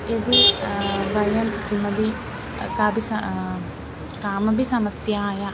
यदि वयं किमपि कापि सा कामपि समस्यायाः